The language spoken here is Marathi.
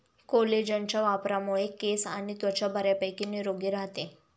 कोलेजनच्या वापरामुळे केस आणि त्वचा बऱ्यापैकी निरोगी राहते